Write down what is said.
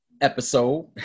episode